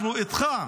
אנחנו איתך,